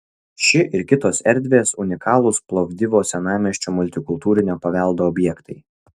ši ir kitos erdvės unikalūs plovdivo senamiesčio multikultūrinio paveldo objektai